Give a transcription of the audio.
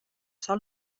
sol